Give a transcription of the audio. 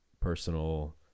personal